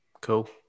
Cool